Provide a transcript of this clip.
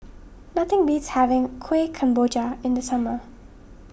nothing beats having Kueh Kemboja in the summer